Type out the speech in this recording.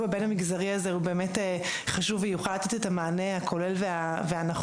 הבין המגזרי הזה הוא באמת חשוב ויוכל לתת את המענה הכולל והנכון.